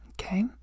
Okay